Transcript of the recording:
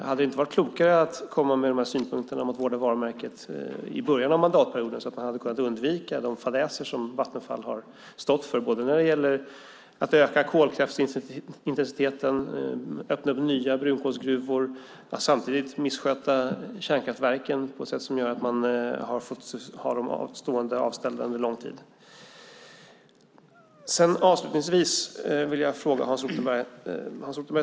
Hade det inte varit klokare att komma med dessa synpunkter om att vårda varumärket i början av mandatperioden så att man hade kunnat undvika de fadäser som Vattenfall har stått för både när det gäller att öka kolkraftsintensiteten, att öppna nya brunkolsgruvor och samtidigt missköta kärnkraftverken på ett sätt som har gjort att man har fått ha dem avställda under lång tid? Avslutningsvis vill jag ställa en fråga till Hans Rothenberg.